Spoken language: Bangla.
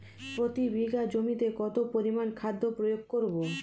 প্রতি বিঘা জমিতে কত পরিমান খাদ্য প্রয়োগ করব?